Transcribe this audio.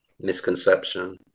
misconception